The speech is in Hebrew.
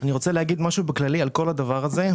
אני רוצה להגיד משהו בכלל על כל הדבר הזה,